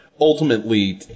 ultimately